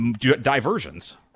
diversions